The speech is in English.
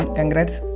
Congrats